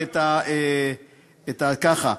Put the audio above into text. ככה: